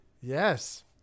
Yes